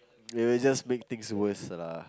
it will just make things worse lah